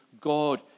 God